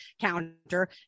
counter